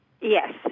Yes